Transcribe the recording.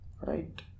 right